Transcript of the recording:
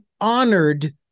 honored